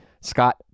Scott